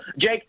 Jake